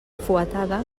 fuetada